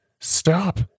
Stop